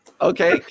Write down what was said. Okay